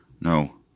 No